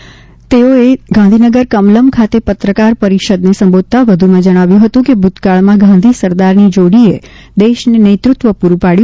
અત્રે તેઓએ ગાંધીનગર કમલમ ખાતે પત્રકાર પરિષદને સંબોધતાં વધુમાં જણાવ્યું હતું કે ભૂતકાળમાં ગાંધી સરદારની જોડીએ દેશને નેતૃત્વ પૂરૂ પાડ્યું